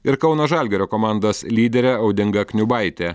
ir kauno žalgirio komandos lyderė audinga kniubaitė